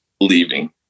leaving